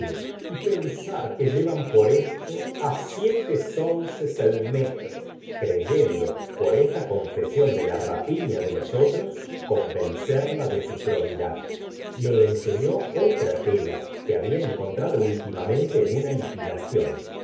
y pensar que llevan por esto á siete so uses metro creyendo por esta confesión de la rapi ña de los otros convencerla de su probidad le enseñó otra tela que habla encontrado últimamente en una